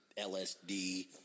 LSD